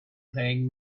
playing